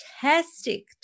fantastic